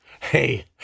Hey